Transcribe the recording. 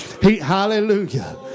Hallelujah